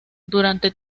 durante